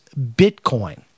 Bitcoin